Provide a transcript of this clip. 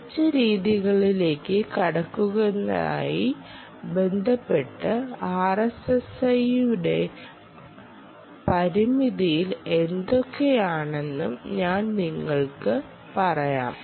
മികച്ച രീതികളിലേക്ക് കടക്കുന്നതുമായി ബന്ധപ്പെട്ട് ആർഎസ്എസ്ഐയുടെ പരിമിതികൾ എന്തൊക്കെയാണെന്നും ഞാൻ നിങ്ങളോട് പറയാം